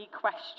question